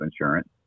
insurance